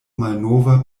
malnova